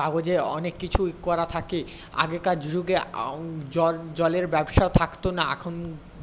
কাগজে অনেক কিছুই করা থাকে আগেকার যুগে জলের ব্যবসা থাকত না এখন